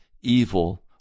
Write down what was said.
evil